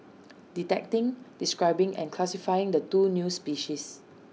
detecting describing and classifying the two new species